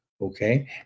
Okay